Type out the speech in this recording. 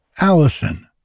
Allison